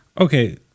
okay